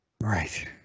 right